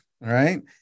right